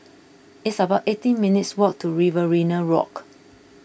it's about eighteen minutes' walk to Riverina Walk